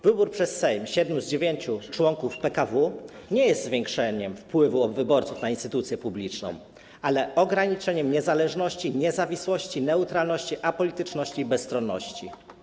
Wybór przez Sejm siedmiu z dziewięciu członków PKW nie jest zwiększeniem wpływu wyborców na instytucję publiczną, ale jest ograniczeniem niezależności, niezawisłości, neutralności, apolityczności i bezstronności.